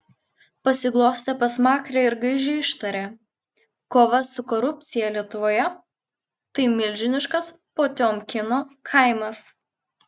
pasiglostė pasmakrę ir gaižiai ištarė kova su korupcija lietuvoje milžiniškas potiomkino kaimas